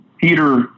Peter